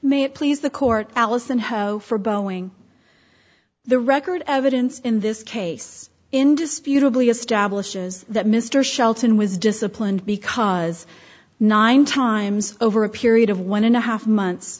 it please the court allison ho for boeing the record evidence in this case indisputably establishes that mr shelton was disciplined because nine times over a period of one and a half months